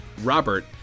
Robert